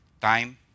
Time